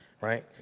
Right